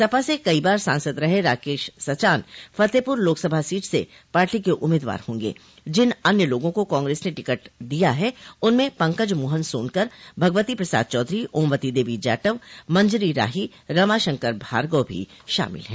सपा से कई बार सांसद रहे राकेश सचान फतेहपुर लोकसभा सीट से पार्टी के उम्मीदवार होंगे जिन अन्य लोगों को कांग्रेस ने टिकट दिया हैं उनमें पंकज मोहन सोनकर भगवती प्रसाद चौधरी ओमवती देवी जाटव मंजरी राही रमाशंकर भार्गव भी शामिल हैं